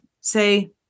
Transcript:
say